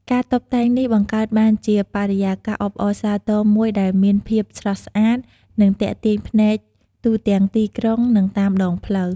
ការតុបតែងនេះបង្កើតបានជា បរិយាកាសអបអរសាទរ មួយដែលមានភាព ស្រស់ស្អាត និង ទាក់ទាញភ្នែក ទូទាំងទីក្រុង និងតាមដងផ្លូវ។